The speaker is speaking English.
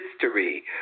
history